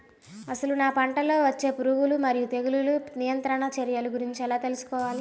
అసలు నా పంటలో వచ్చే పురుగులు మరియు తెగులుల నియంత్రణ చర్యల గురించి ఎలా తెలుసుకోవాలి?